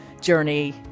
journey